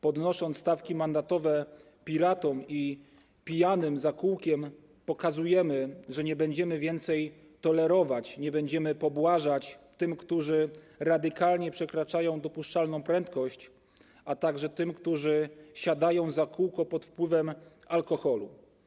Podnosząc stawki mandatowe piratom i pijanym za kółkiem, pokazujemy, że nie będziemy tego więcej tolerować, nie będziemy pobłażać tym, którzy radykalnie przekraczają dopuszczalną prędkość, a także tym, którzy siadają za kółkiem pod wpływem alkoholu.